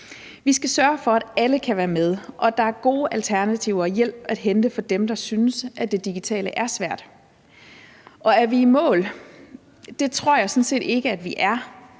Vi skal sørge for, at alle kan være med, og at der er gode alternativer og hjælp at hente for dem, der synes, at det digitale er svært. Er vi i mål? Det tror jeg sådan set ikke at vi er.